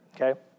okay